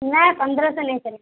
نہیں پندرہ سے نہیں چلے گا